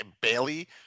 Bailey